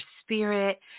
spirit